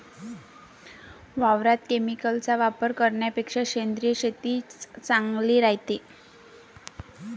वावरात केमिकलचा वापर करन्यापेक्षा सेंद्रिय शेतीच चांगली रायते